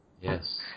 Yes